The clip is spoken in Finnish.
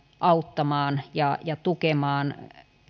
auttamaan ja ja tukemaan